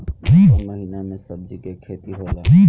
कोउन महीना में सब्जि के खेती होला?